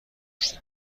پشت